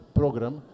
program